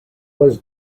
was